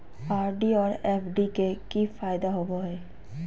RD और FD के की फायदा होबो हइ?